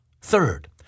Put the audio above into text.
Third